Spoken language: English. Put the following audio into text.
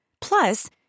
Plus